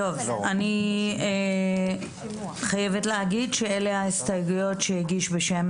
אני חייבת להגיד שאלו ההסתייגויות שהגיש בשם